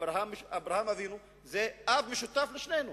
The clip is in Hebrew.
אברהם אבינו הוא אב משותף לשנינו.